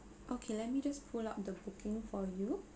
okay let me just pull out the booking for you